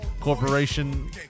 Corporation